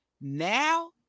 Now